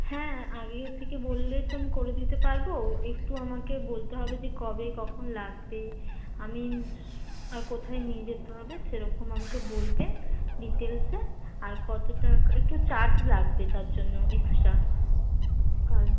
হ্যাঁ আগের থেকে বললে তো আমি করে দিতে পারবো একটু আমাকে বলতে হবে যে কবে কখন লাগবে আমিস আর কোথায় নিয়ে যেতে হবে সেরকম আমাকে বলবেন ডিটেলসে আর কতো টাকা একটু চার্জ লাগবে তার জন্য এক্সট্রা কারণ